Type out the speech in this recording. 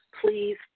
please